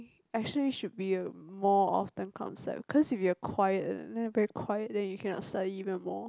actually should be a more open concept cause if you have a quiet then very quiet then you cannot study even more